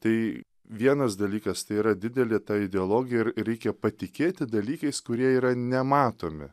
tai vienas dalykas tai yra didelė ta ideologija ir reikia patikėti dalykais kurie yra nematomi